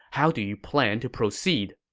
how do you plan to proceed?